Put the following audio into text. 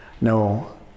No